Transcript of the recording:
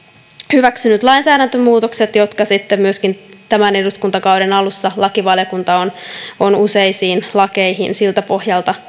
hyväksynyt lainsäädäntömuutokset jotka sitten myöskin tämän eduskuntakauden alussa lakivaliokunta on on useisiin lakeihin siltä pohjalta